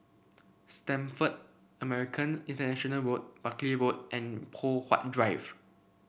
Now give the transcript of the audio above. Stamford American International Road Buckley Road and Poh Huat Drive